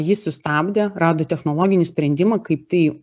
ji sustabdė rado technologinį sprendimą kaip tai